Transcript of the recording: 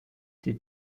die